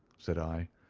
said i.